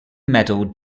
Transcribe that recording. medal